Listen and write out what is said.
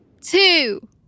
two